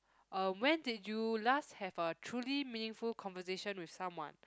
uh when did you last have a truly meaningful conversation with someone